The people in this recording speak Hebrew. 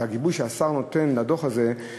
הגיבוי שהשר נותן לדוח הזה,